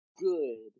good